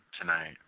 tonight